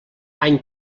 any